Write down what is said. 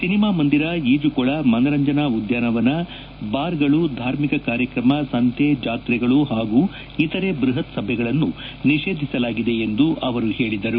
cinema ಮಂದಿರ ಈಜುಕೊಳ ಮನರಂಜನಾ ಉದ್ಯಾನವನ ಬಾರ್ಗಳು ಧಾರ್ಮಿಕ ಕಾರ್ಯಕ್ರಮ ಸಂತೆ ಜಾತ್ರೆಗಳು ಹಾಗೂ ಇತರೆ ಬೃಹತ್ ಸಭೆಗಳನ್ನು ನಿಷೇಧಿಸಲಾಗಿದೆ ಎಂದು ಅವರು ಹೇಳಿದರು